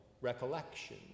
recollection